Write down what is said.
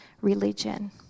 religion